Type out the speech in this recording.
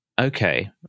Okay